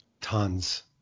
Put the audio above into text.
Tons